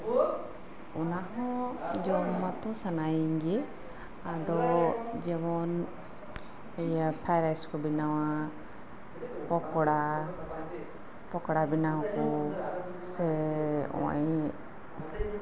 ᱚᱱᱟ ᱦᱚᱸ ᱡᱚᱢ ᱢᱟᱛᱚ ᱥᱟᱱᱟᱭᱤᱧ ᱜᱮ ᱟᱫᱚ ᱡᱮᱢᱚᱱ ᱤᱭᱟᱹ ᱯᱷᱨᱭᱤᱹ ᱨᱟᱭᱤᱥ ᱠᱚ ᱵᱮᱱᱟᱣᱟ ᱯᱚᱠᱚᱲᱟ ᱯᱚᱠᱚᱲᱟ ᱵᱮᱱᱟᱣᱟᱠᱚ ᱥᱮ ᱚᱱᱮ